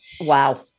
Wow